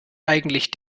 eigentlich